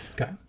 Okay